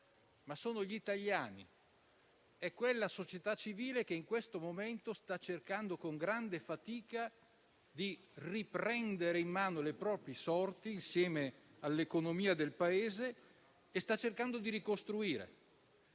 lo sono gli italiani e quella società civile che in questo momento sta cercando con grande fatica di riprendere in mano le proprie sorti, insieme all'economia del Paese, e di ricostruire.